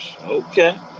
Okay